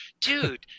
dude